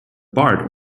bart